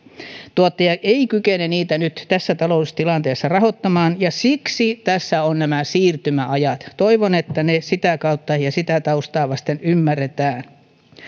tuottajat eivät kykene parannuksia nyt tässä taloustilanteessa rahoittamaan ja siksi tässä on nämä siirtymäajat toivon että ne sitä kautta ja sitä taustaa vasten ymmärretään